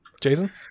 Jason